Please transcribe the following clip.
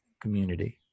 community